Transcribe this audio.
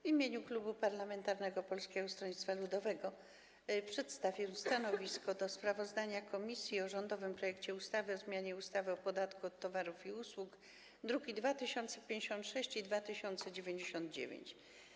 W imieniu Klubu Parlamentarnego Polskiego Stronnictwa Ludowego przedstawię stanowisko dotyczące sprawozdania komisji o rządowym projekcie ustawy o zmianie ustawy o podatku od towarów i usług, druki nr 2056 i 2099.